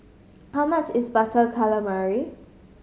how much is Butter Calamari